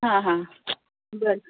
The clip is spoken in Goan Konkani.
हां हां बरें